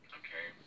okay